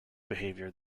behavior